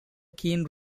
keen